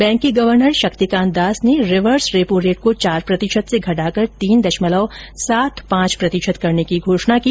bank के governor Shaktikanta Das ने reverse repo rate को चार प्रतिशत से घटाकर तीन दशमलव सात पांच प्रतिशत करने की घोषणा की